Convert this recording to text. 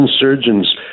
Surgeons